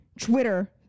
Twitter